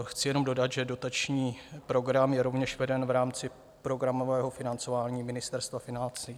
Chci jenom dodat, že dotační program je rovněž veden v rámci programového financování Ministerstva financí.